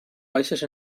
baixes